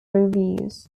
reviews